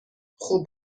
خوب